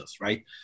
right